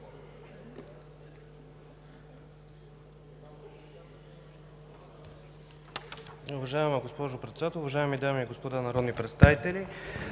Уважаема госпожо Председател, дами и господа народни представители,